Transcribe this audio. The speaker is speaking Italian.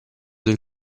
del